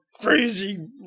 crazy